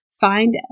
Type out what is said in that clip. find